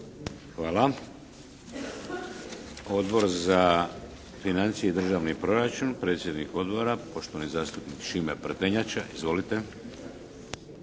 Hvala. Odbor za financije i državni proračun, predsjednik Odbora, poštovani zastupnik Šime Prtenjača. Izvolite.